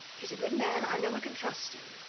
he's a good man. i know we can trust